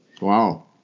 Wow